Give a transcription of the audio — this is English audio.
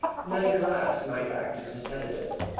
and that a glass might act as a sedative.